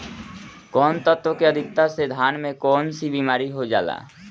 कौन तत्व के अधिकता से धान में कोनची बीमारी हो जाला?